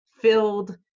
filled